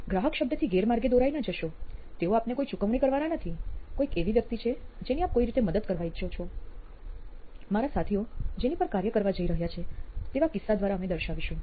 ગ્રાહક શબ્દથી ગેરમાર્ગે દોરાઈ ના જશો તેઓ આપને કોઈ ચુકવણી કરવાના નથી કોઈક એવી વ્યક્તિ છે જેની આપ કોઈ રીતે મદદ કરવા ઈચ્છો છો મારા સાથીઓ જેની પર કાર્ય કરવા જઈ રહ્યા છે તેવા કિસ્સા દ્વારા અમે દર્શાવીશું